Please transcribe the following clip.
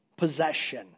possession